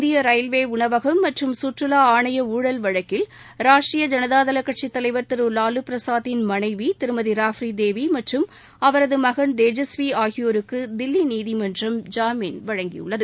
இந்திய ரயில்வே உணவகம் மற்றும் சுற்றுவா ஆணைய ஊழல் வழக்கில் ராஷ்ட்ரீய ஜனதா தள கட்சி தலைவர் திரு வாலு பிரசாத் யாதவின் மனைவில் திருமதி ராப்ரி தேவி மற்றும் அவரது மகன் தேஜஸ்வீ ஆகியோருக்கு தில்லி நீதிமன்றம் ஜாமீன் வழங்கியது